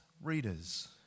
readers